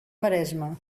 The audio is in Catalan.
maresme